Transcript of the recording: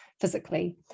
physically